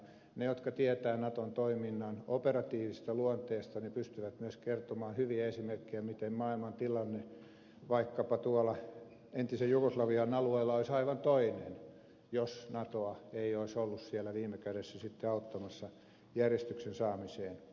ne jotka tietävät naton toiminnan operatiivisesta luonteesta pystyvät myös kertomaan hyviä esimerkkejä miten maailmantilanne vaikkapa entisen jugoslavian alueella olisi aivan toinen jos natoa ei olisi ollut siellä viime kädessä auttamassa järjestyksen saamisessa